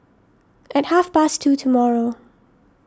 at half past two tomorrow